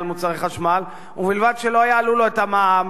על מוצרי חשמל ובלבד שלא יעלו לו את המע"מ,